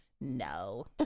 No